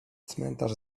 cmentarz